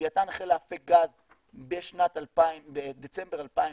לווייתן החל להפיק גז בדצמבר 2019